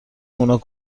اونا